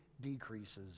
decreases